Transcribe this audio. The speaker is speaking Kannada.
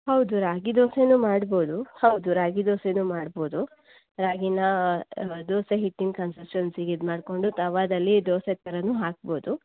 ಹೌದು ರಾಗಿ ದೊಸೇನೂ ಮಾಡಬಹುದು ಹೌದು ರಾಗಿ ದೊಸೇನೂ ಮಾಡಬಹುದು ರಾಗಿನ ದೋಸೆ ಹಿಟ್ಟಿನ ಕನ್ಸಿಸ್ಟೆನ್ಸಿಗೆ ಇದು ಮಾಡಿಕೊಂಡು ತವಾದಲ್ಲಿ ದೋಸೆ ಥರನೂ ಹಾಕಬಹುದು